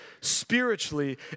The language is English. spiritually